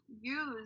use